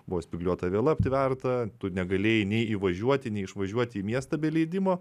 buvo spygliuota viela aptverta tu negalėjai nei įvažiuoti nei išvažiuoti į miestą be leidimo